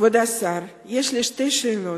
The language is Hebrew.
כבוד השר, יש לי שתי שאלות.